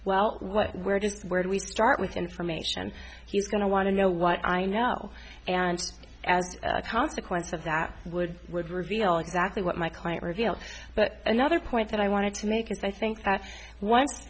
well what where just where do we start with information he's going to want to know what i know and as a consequence of that would would reveal exactly what my client revealed but another point that i wanted to make is i think that once